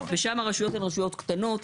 ושם הרשויות הן רשויות קטנות.